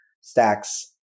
stacks